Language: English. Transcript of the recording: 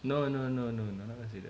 no no no no no no I'm not gonna say that